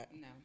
no